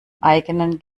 eigenen